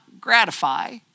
gratify